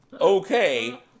Okay